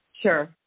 Sure